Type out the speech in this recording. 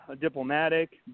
diplomatic